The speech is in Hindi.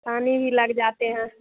पानी भी लग जाते हैं